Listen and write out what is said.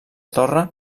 torre